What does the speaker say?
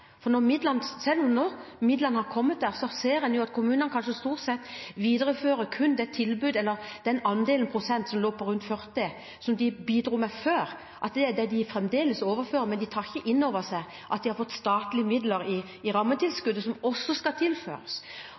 For selv om midlene nå har kommet, ser en jo at kommunene stort sett viderefører kun den prosentandelen som lå på rundt 40, som de bidro med før, at det er det de fremdeles overfører, men de tar ikke inn over seg at de har fått statlige midler i rammetilskuddet som også skal tilføres.